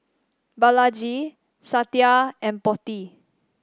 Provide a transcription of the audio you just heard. Balaji Satya and Potti